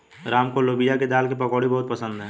राम को लोबिया की दाल की पकौड़ी बहुत पसंद हैं